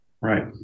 Right